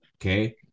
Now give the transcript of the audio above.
Okay